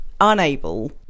unable